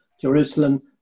jerusalem